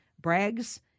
brags